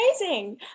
amazing